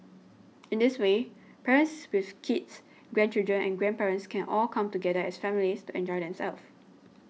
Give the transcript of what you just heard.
in this way parents with kids grandchildren and grandparents can all come together as families to enjoy themselves